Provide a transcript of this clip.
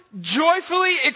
joyfully